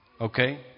Okay